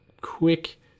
quick